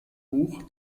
buch